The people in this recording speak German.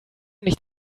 nicht